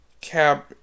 Cab